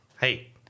hey